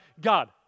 God